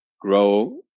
grow